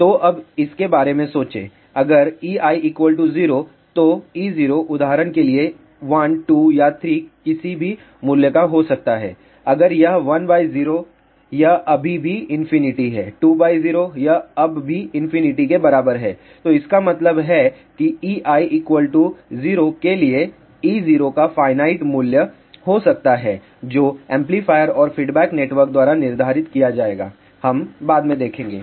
तो अब इसके बारे में सोचें अगर ei 0 तो e0 उदाहरण के लिए 1 2 या 3 किसी भी मूल्य का हो सकता है अगर यह 10 यह अभी भी ∞ है 20 यह अभी भी ∞ के बराबर है इसका मतलब है कि ei 0 के लिए e0 का फायनाइट मूल्य हो सकता है जो एम्पलीफायर और फीडबैक नेटवर्क द्वारा निर्धारित किया जाएगा हम बाद में देखेंगे